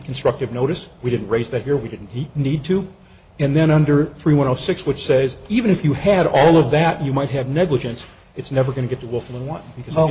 constructive notice we didn't raise that here we didn't need to and then under three one o six which says even if you had all of that you might have negligence it's never going to get to